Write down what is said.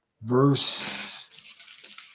Verse